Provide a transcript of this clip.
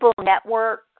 network